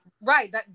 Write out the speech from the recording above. Right